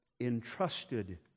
entrusted